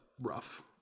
rough